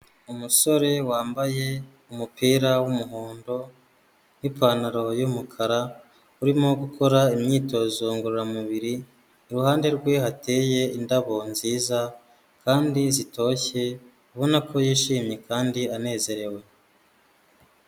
Umusore wambaye umupira w'umuhondo n'ipantaro y'umukara, urimo gukora imyitozo ngororamubiri, iruhande rwe hateye indabo nziza kandi zitoshye, ubona ko yishimye kandi anezerewe.